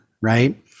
right